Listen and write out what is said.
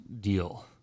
deal